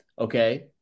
okay